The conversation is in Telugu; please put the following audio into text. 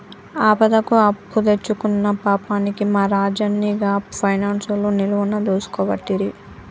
ఆపదకు అప్పుదెచ్చుకున్న పాపానికి మా రాజన్ని గా పైనాన్సోళ్లు నిలువున దోసుకోవట్టిరి